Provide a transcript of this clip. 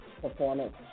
performance